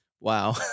wow